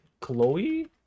Chloe